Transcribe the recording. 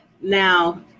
Now